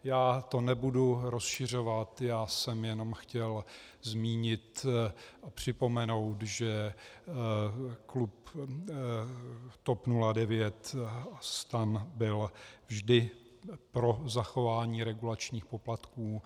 Já to nebudu rozšiřovat, já jsem jenom chtěl zmínit a připomenout, že klub TOP 09 a STAN byl vždy pro zachování regulačních poplatků.